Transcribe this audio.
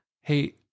hey